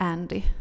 Andy